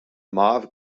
mauve